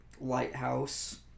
lighthouse